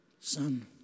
son